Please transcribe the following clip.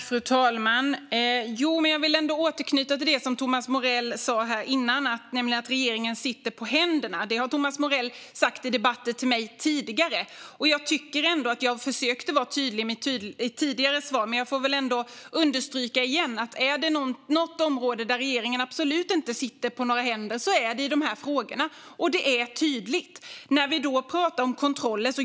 Fru talman! Jag vill återknyta till det som Thomas Morell sa tidigare, nämligen att regeringen sitter på händerna. Det har Thomas Morell sagt till mig i andra debatter. Jag tyckte att jag försökte vara tydlig i ett tidigare svar, men jag får väl igen understryka att är det något område där regeringen absolut inte sitter på några händer är det detta, och det är tydligt.